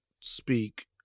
speak